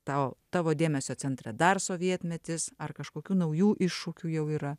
tau tavo dėmesio centre dar sovietmetis ar kažkokių naujų iššūkių jau yra